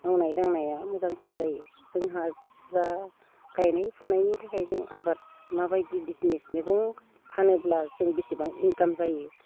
मावनाय दांनाया मोजांसिन जायो जोंहा जा गायनाय फुनायनि थाखाय जों आबाद माबायदि बिजिनेस मैगं फानोब्ला जों बिसिबां इन्काम जायो